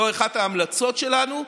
זאת אחת ההמלצות שלנו,